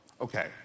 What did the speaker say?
Okay